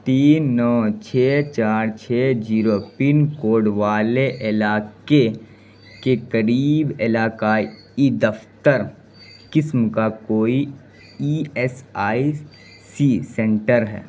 تین نو چھ چار چھ جیرو پن کوڈ والے علاقے کے قریب علاقائی دفتر قسم کا کوئی E S I C centre ہے